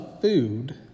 food